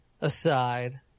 aside